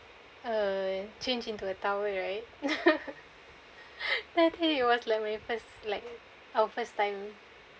uh change into a towel right that day it was like my first like our first time